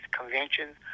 conventions